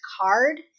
card